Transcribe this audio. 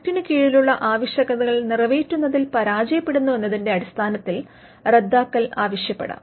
ആക്ടിന് കീഴിലുള്ള ആവശ്യകതകൾ നിറവേറ്റുന്നതിൽ പരാജയപ്പെടുന്നു എന്നതിന്റെ അടിസ്ഥാനത്തിൽ റദ്ദാക്കൽ ആവശ്യപ്പെടാം